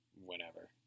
whenever